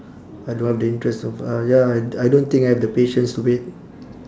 I don't have the interest of uh ya I I don't think I have the patience to wait